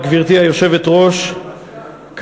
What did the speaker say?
גברתי היושבת-ראש, תודה.